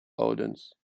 audience